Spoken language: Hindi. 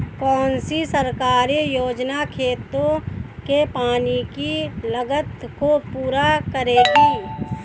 कौन सी सरकारी योजना खेतों के पानी की लागत को पूरा करेगी?